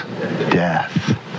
death